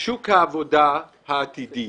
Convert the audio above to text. נוגעת לשוק העבודה העתידי.